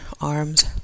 arms